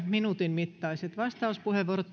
minuutin mittaiset vastauspuheenvuorot